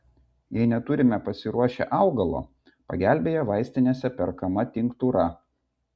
jei neturime pasiruošę augalo pagelbėja vaistinėse perkama tinktūra